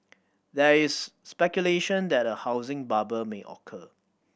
there is speculation that a housing bubble may occur